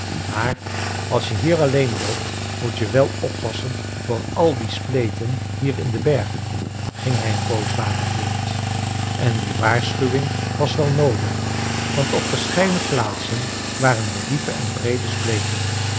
maar als je hier alleen loopt moet je wel oppassen voor al die spleten hier in den berg ging hij een poos later voort en die waarschuwing was wel noodig want op verscheiden plaatsen waren er diepe en breede spleten